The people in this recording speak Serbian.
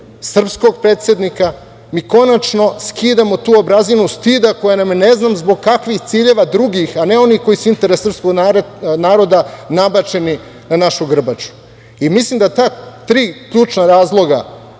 srpskog predsednika i konačno skidamo tu obrazinu stida koja nam je ne znam zbog kakvih drugih ciljeva a ne onih koji su interes srpskog naroda nabačena na našu grbaču. Mislim da ta tri ključna razloga